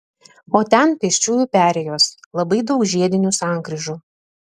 o ten pėsčiųjų perėjos labai daug žiedinių sankryžų